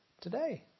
today